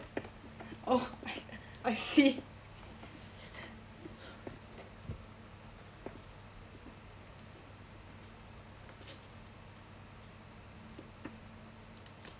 oh I see